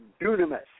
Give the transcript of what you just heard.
dunamis